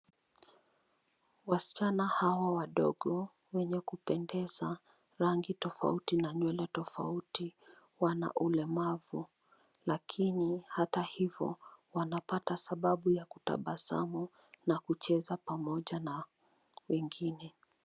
Wasichana hawa wadogo wenye kupendeza rangi tofauti na nywele tofauti wana ulemavu lakini hata hivyo wanapata sababu ya kutabasamu na kucheza pamoja na wengine.